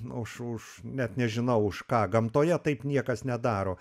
už už net nežinau už ką gamtoje taip niekas nedaro